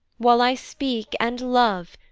while i speak and love,